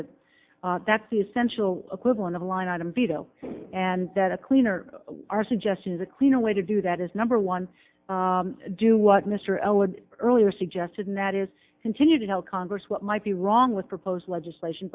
it that's the essential equivalent of a line item veto and that a cleaner our suggestion is a cleaner way to do that is number one do what mr elwood earlier suggested and that is continue to tell congress what might be wrong with proposed legislation